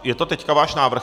Je to teď váš návrh?